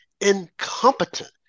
incompetent